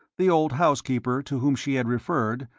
the old housekeeper, to whom she had referred,